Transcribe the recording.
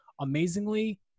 amazingly